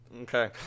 Okay